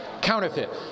counterfeit